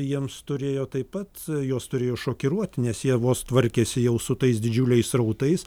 jiems turėjo taip pat juos turėjo šokiruoti nes jie vos tvarkėsi jau su tais didžiuliais srautais